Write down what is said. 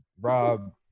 Rob